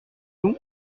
nous